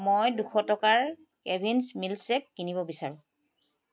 মই দুশ টকাৰ কেভিন্ছ মিলকশ্বেক কিনিব বিচাৰোঁ